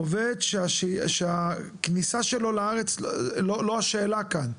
עובד שהכניסה שלו לארץ לא השאלה כאן.